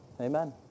Amen